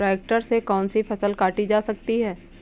Tractor से कौन सी फसल काटी जा सकती हैं?